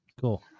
Cool